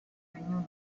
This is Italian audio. regno